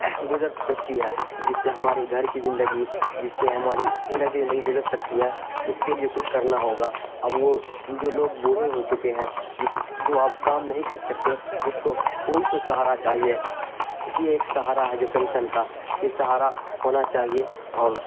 گزر سکتی ہے جس سے ہمارے گھر کی زندگی جس سے ہماری گھر کی زندگی گزر سکتی ہے اس کے لیے کچھ کرنا ہوگا اب وہ جو لوگ بوڑھے ہو چکے ہیں جس جو اب کام نہیں کر سکتے اس کو کوئی تو سہارا چاہیے یہ ایک سہارا ہے جو پینشن کا یہ سہارا ہونا چاہیے اور